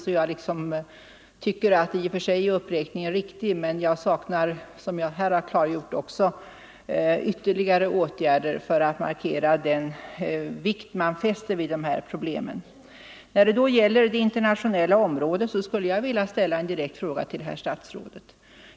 I och för sig tycker jag att uppräkningen är riktig. Men jag saknar, som jag här också har klargjort, ytterligare åtgärder för att markera den vikt man fäster vid dessa problem. När det gäller det internationella området skulle jag vilja ställa en direkt fråga till herr statsrådet.